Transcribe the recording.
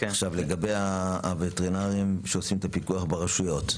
עכשיו לגבי הווטרינרים שעושים את הפיקוח ברשויות?